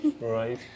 Right